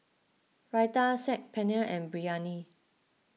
Raita Saag Paneer and Biryani